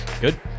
good